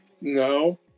No